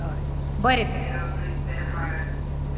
हय बरें तर हां